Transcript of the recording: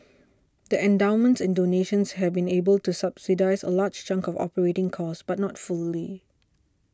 the endowments and donations have been able to subsidise a large chunk of operating costs but not fully